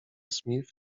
smith